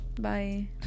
Bye